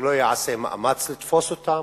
שלא ייעשה מאמץ לתפוס אותם,